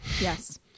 yes